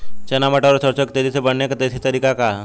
चना मटर और सरसों के तेजी से बढ़ने क देशी तरीका का ह?